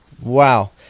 Wow